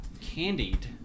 candied